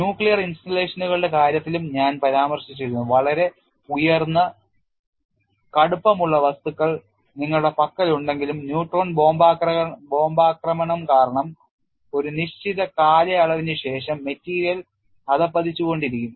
nuclear ഇൻസ്റ്റാളേഷനുകളുടെ കാര്യത്തിലും ഞാൻ പരാമർശിച്ചിരുന്നുവളരെ ഉയർന്ന കടുപ്പമുള്ള വസ്തുക്കൾ നിങ്ങളുടെ പക്കലുണ്ടെങ്കിലും ന്യൂട്രോൺ ബോംബാക്രമണം കാരണം ഒരു നിശ്ചിത കാലയളവിനുശേഷം മെറ്റീരിയൽ അധപതിച്ചുകൊണ്ടിരിക്കും